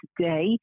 today